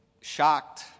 shocked